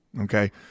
Okay